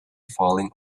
falling